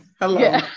Hello